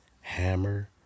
Hammer